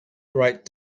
great